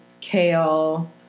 kale